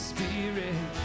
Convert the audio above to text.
Spirit